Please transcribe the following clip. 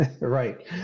Right